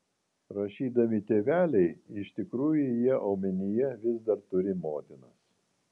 rašydami tėveliai iš tikrųjų jie omenyje vis dar turi motinas